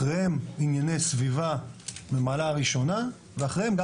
אחריהם ענייני סביבה מהמעלה הראשונה ואחריהם גם